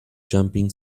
jumping